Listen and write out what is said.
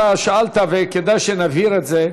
אתה שאלת, וכדאי שנבהיר את זה.